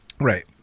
Right